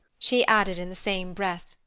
she added in the same breath,